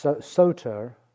soter